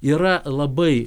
yra labai